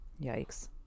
Yikes